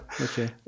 okay